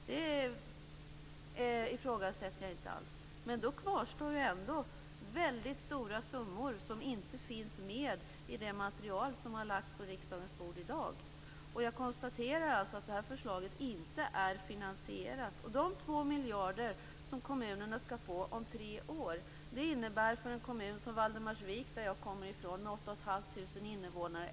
Det ifrågasätter jag inte alls, men det kvarstår ju ändå väldigt stora summor som inte finns med i det material som har lagts på riksdagens bord i dag. Jag konstaterar alltså att det här förslaget inte är finansierat. De två miljarder som kommunerna skall få om tre år innebär en miljon kronor om tre år för en kommun som Valdemarsvik, som jag kommer ifrån, med åtta och ett halvt tusen invånare.